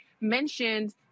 mentioned